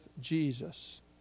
Jesus